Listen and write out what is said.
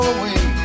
away